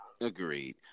agreed